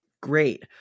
Great